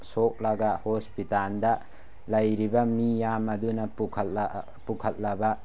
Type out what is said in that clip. ꯁꯣꯛꯂꯒ ꯍꯣꯁꯄꯤꯇꯥꯜꯗ ꯂꯩꯔꯤꯕ ꯃꯤꯌꯥꯝ ꯑꯗꯨꯅ ꯄꯨꯈꯠꯂꯕ